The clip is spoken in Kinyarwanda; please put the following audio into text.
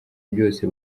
byose